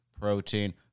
protein